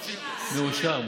מאיזו שנה מאושר?